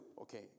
okay